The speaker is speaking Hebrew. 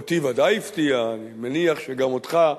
אותי ודאי הפתיע, אני מניח שגם אותך,